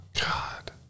God